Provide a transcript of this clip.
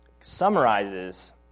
summarizes